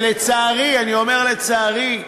שלצערי, אני אומר: לצערי,